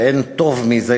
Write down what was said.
ואין טוב מזה,